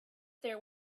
there